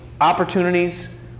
opportunities